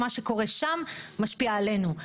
מה שקורה שם משפיע עלינו.